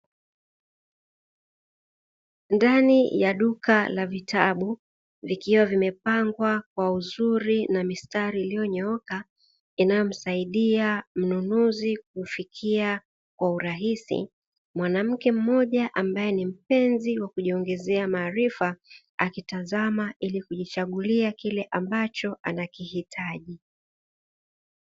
Ndani ya duka la vitabu vikiwa vimepangwa kwa uzuri na mistari iliyonyooka inayo msaidia mnunuzi kufikia kwa urahisi, mwanamke mmoja ambaye ni mpenzi wa kujiongezea maarifa akitazama ili kujichagulia kile ambacho anakihitaji.